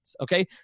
okay